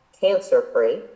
cancer-free